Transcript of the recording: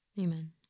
Amen